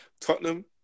Tottenham